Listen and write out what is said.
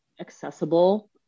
accessible